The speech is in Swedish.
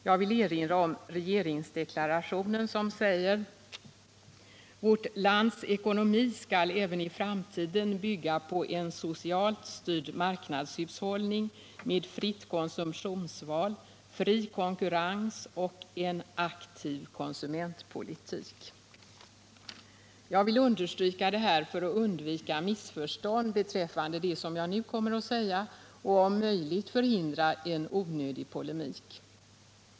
Jag vill erinra om regeringsdeklarationen som säger: ” Vårt lands ekonomi skall även i framtiden bygga på en socialt styrd marknadshushållning med fritt konsumtionsval, fri konkurrens och en aktiv konsumentpolitik.” Detta vill jag understryka för att undvika missförstånd beträffande det som jag nu tänker säga och om möjligt förhindra onödig polemik.